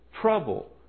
Trouble